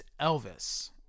Elvis